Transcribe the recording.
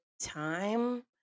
time